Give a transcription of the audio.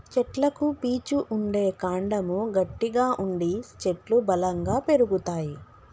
చెట్లకు పీచు ఉంటే కాండము గట్టిగా ఉండి చెట్లు బలంగా పెరుగుతాయి